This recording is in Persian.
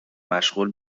مشغول